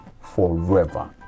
forever